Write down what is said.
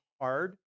hard